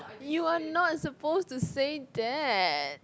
you are not supposed to say that